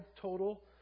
total